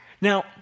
Now